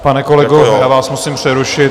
Pane kolego, já vás musím přerušit.